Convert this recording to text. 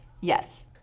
Yes